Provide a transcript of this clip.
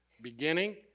beginning